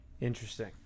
Interesting